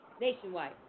Nationwide